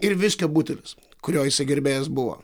ir viskio butelis kurio jisai gerbėjas buvo